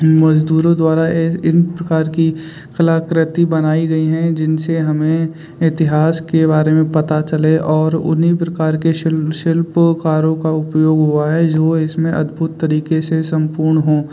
मज़दूरों द्वारा एसे इन प्रकार की कलाकृति बनाई गई हैं जिनसे हमें इतिहास के बारे में पता चले और उन्ही प्रकार के शिल्प शिल्पकारों का उपयोग हुआ है जो इसमें अद्भुत तरीक़े से सम्पूर्ण हों